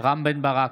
רם בן ברק,